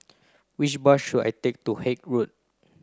which bus should I take to Haig Road